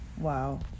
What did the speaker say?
Wow